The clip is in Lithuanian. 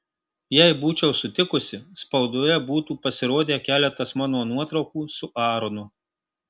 jei būčiau sutikusi spaudoje būtų pasirodę keletas mano nuotraukų su aaronu